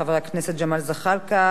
חבר הכנסת ג'מאל זחאלקה,